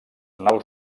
naus